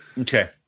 Okay